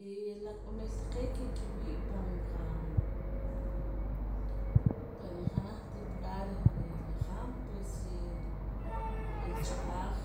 Eh la q'omil taqee' ke kii' wii pan qa pan reh janaj temporada reh reh la haab' pues reh n'oo ila aj